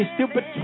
Stupid